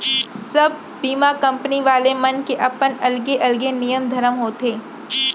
सब बीमा कंपनी वाले मन के अपन अलगे अलगे नियम धरम होथे